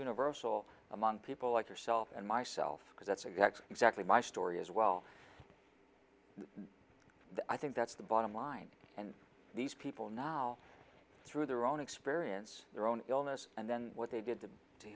universal among people like yourself and myself because that's exactly exactly my story as well i think that's the bottom line and these people now through their own experience their own illness and then what they did to